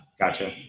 Gotcha